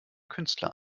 künstler